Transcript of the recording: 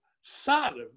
Sodom